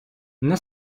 мене